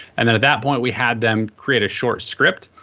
and then at that point we had them create a short script.